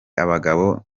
abagabo